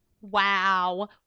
Wow